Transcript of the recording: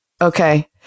Okay